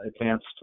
advanced